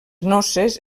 noces